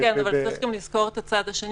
כן, אבל צריך גם לזכור את הצד השני.